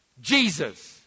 Jesus